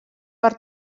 per